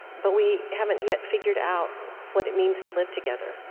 but we haven't yet figured out what it means to live together,